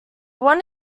one